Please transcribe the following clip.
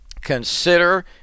Consider